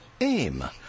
AIM